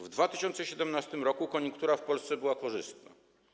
W 2017 r. koniunktura w Polsce była korzystna.